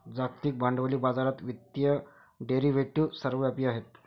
जागतिक भांडवली बाजारात वित्तीय डेरिव्हेटिव्ह सर्वव्यापी आहेत